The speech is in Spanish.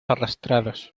arrastrados